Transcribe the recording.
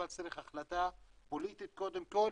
אבל צריך החלטה פוליטית קודם כל,